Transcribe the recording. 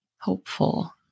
hopeful